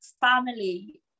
family –